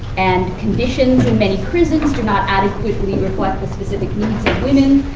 and conditions in many prisons do not adequately reflect the specific needs of women.